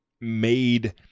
made